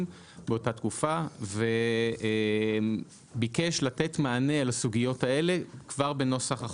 באותה תקופה וביקש לתת מענה לסוגיות האלה כבר בנוסח החוק,